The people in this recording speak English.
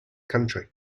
country